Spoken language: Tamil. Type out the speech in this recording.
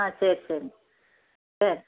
ஆ சரி சரி சரி